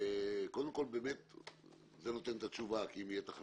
קודם כול, באמת זה נותן תשובה, כי אם הרישיון